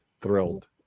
thrilled